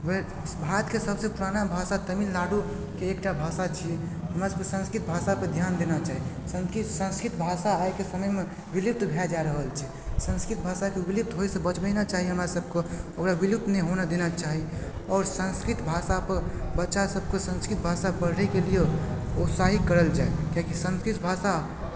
भारतके सभसँ पुराना भाषा तमिलनाडुके एकटा भाषा छियै हमरासभके संस्कृत भाषा पर ध्यान देना चाही संस्कृत भाषा आइके समयमे विलुप्त भए जा रहल छै संस्कृत भाषाके विलुप्त होइसँ बचेनै चाही हमरासभकें ओकरा विलुप्त नहि होना देना चाही आओर संस्कृत भाषापर बच्चासभकें संस्कृत भाषा पढ़यके लिए प्रोत्साहित करल जाइ किआकि संस्कृत भाषा